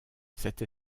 cette